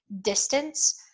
distance